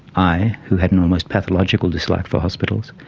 i who had an almost pathological dislike for hospitals,